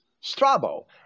Strabo